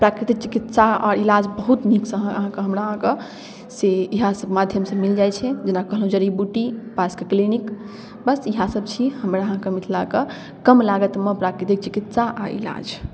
प्राकृतिक चिकित्सा आओर इलाज बहुत नीकसँ अहाँके हमरा अहाँके इएहसब माध्यमसँ मिलि जाइ छै जेना कहलहुँ जड़ी बूटी पासके क्लीनिक बस इएहसब छी हमर अहाँके मिथिलाके कम लागतिमे प्राकृतिक चिकित्सा आओर इलाज